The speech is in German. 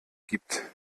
gibt